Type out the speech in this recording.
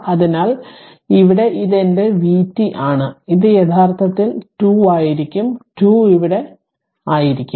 അതിനാൽ ഇവിടെ ഇത് എന്റെ vtആണ് ഇത് യഥാർത്ഥത്തിൽ 2 ആയിരിക്കും 2 ഇവിടെ എവിടെയെങ്കിലും ആയിരിക്കും